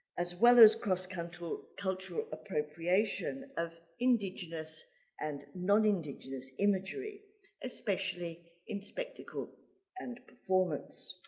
as well as cross-cultural cultural appropriation of indigenous and non-indigenous imagery especially in spectacle and performance.